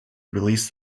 release